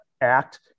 act